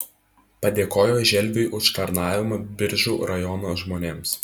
padėkojo želviui už tarnavimą biržų rajono žmonėms